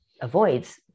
avoids